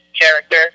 character